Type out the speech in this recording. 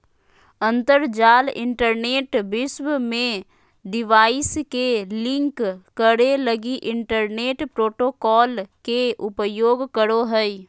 अंतरजाल इंटरनेट विश्व में डिवाइस के लिंक करे लगी इंटरनेट प्रोटोकॉल के उपयोग करो हइ